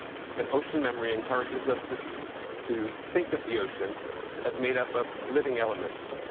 an ocean memory encourages us to us to think of the ocean as made up of living elements,